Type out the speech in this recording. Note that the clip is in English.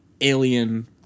alien